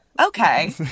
Okay